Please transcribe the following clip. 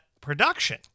production